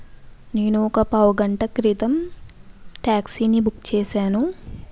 నేను ఒక పావుగంట క్రితం టాక్సీని బుక్ చేశాను